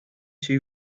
she